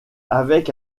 avec